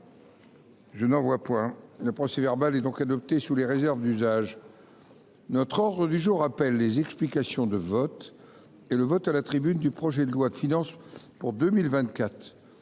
d’observation ?… Le procès verbal est adopté sous les réserves d’usage. L’ordre du jour appelle les explications de vote et le vote à la tribune du projet de loi de finances pour 2024,